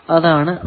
അതാണ് I